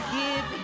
give